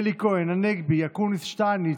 אלי כהן, צחי הנגבי, אופי אקוניס, יובל שטייניץ,